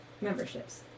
memberships